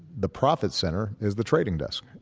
the profit center is the trading desk,